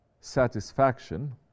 satisfaction